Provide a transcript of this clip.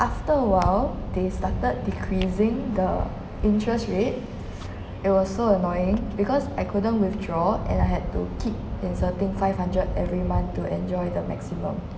after awhile they started decreasing the interest rate it was so annoying because I couldn't withdraw and I had to keep inserting five hundred every month to enjoy the maximum